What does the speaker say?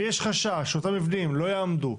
ויש חשש שאותם מבנים לא יעמדו.